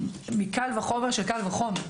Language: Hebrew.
מקל וחומר שקל וחומר.